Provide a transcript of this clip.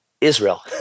Israel